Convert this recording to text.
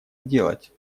сделать